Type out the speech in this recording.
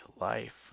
life